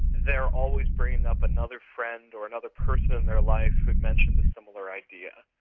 they're always bringing up another friend or another person their life who's mentioned a similar idea.